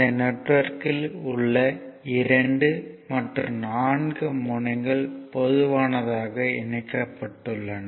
இந்த நெட்வொர்க்கில் உள்ள 2 மற்றும் 4 முனையங்கள் பொதுவானதாக இணைக்கப்பட்டுள்ளன